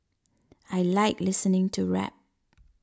I like listening to rap